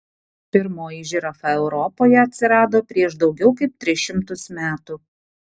pirmoji žirafa europoje atsirado prieš daugiau kaip tris šimtus metų